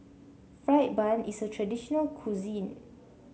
fried bun is a traditional cuisine